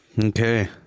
Okay